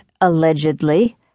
allegedly